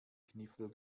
kniffel